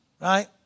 right